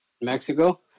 Mexico